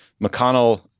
McConnell—